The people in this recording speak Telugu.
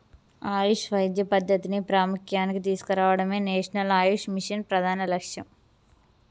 ఆయుష్ వైద్య పద్ధతిని ప్రాముఖ్య్యానికి తీసుకురావడమే నేషనల్ ఆయుష్ మిషన్ ప్రధాన లక్ష్యం